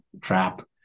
trap